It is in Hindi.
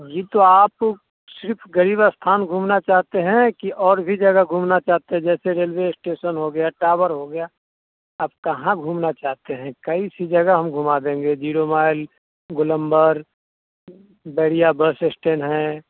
जी तो आप सिर्फ़ ग़रीब स्थान घूमना चाहते हैं कि और भी जगह घूमना चाहते हैँ जैसे रेलवे स्टेसन हो गया टावर हो गया आप कहाँ घूमना चाहते हैं कई सी जगह हम घुमा देंगे जीरो माइल गोलम्बर बैरिया बस इस्टैंड है